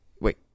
Wait